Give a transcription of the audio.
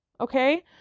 okay